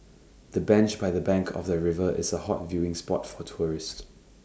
the bench by the bank of the river is A hot viewing spot for tourists